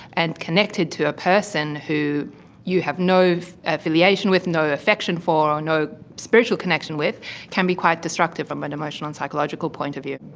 and connected to a person who you have no affiliation with, no affection for or no spiritual connection with can be quite disruptive from an emotional and psychological point of view.